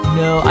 no